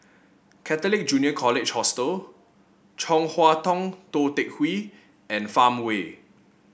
Catholic Junior College Hostel Chong Hua Tong Tou Teck Hwee and Farmway